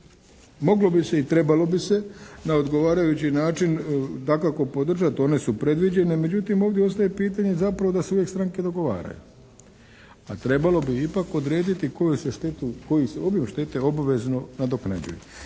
moglo bi se i trebalo bi se na odgovarajući način dakako podržati. One su predviđene. Međutim, ovdje ostaje pitanje da se uvijek stranke dogovaraju, a trebalo bi ipak odrediti koji se obim štete obvezno nadoknađuje.